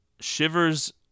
Shivers